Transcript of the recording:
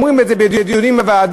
אומרים את זה בדיונים בוועדה: